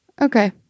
Okay